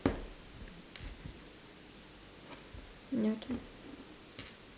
your turn